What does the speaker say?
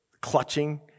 clutching